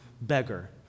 beggar